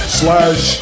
slash